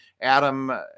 Adam